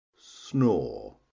snore